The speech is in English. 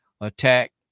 attack